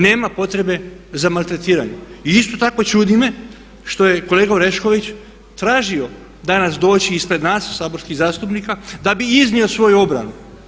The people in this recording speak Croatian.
Nema potrebe za maltretiranjem i isto tako čudi me što je kolega Orešković tražio danas doći ispred nas saborskih zastupnika da bi iznio svoju obranu.